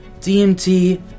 DMT